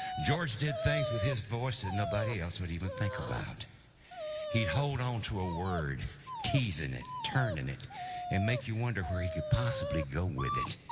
george did things with his voice that nobody else would even think about he'd hold on to a word teasing it turning it and make you wonder where he could possibly go with it